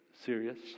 serious